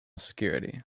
security